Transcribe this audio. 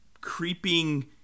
creeping